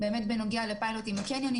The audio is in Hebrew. לגבי פיילוט בקניונים.